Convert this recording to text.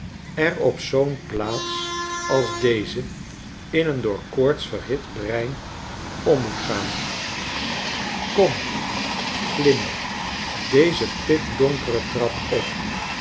er op zoo'n plaats als deze in een door koorts verhit brein om moet gaan kom klim deze pikdonkere trap op